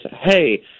hey